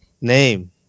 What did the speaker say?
name